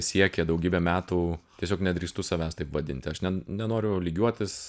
siekė daugybę metų tiesiog nedrįstu savęs taip vadinti aš ne nenoriu lygiuotis